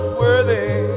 worthy